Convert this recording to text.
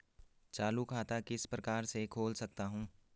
चालू खाता किस प्रकार से खोल सकता हूँ?